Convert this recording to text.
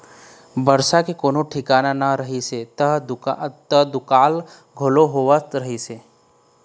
बरसा के कोनो ठिकाना नइ रहय त दुकाल घलोक होवत रहिस हे